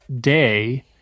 day